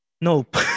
Nope